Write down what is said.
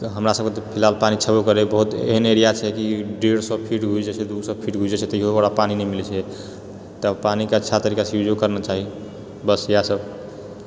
हमरा सबके तऽ फिलहाल पानी छेबो करै बहुत एहन एरिया छै कि डेढ़ सए फिट घुसि जाइ छै दू सए फिट घुसि जाइ छै तैयो ओकरा पानी नहि मिलैत छै तब पानिके अच्छा तरीकासँ यूजो करना चाही बस इएह सब